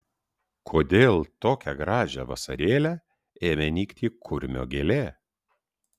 kodėl tokią gražią vasarėlę ėmė nykti kurmio gėlė